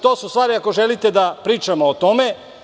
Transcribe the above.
To su stvari ako želite da pričamo o tome.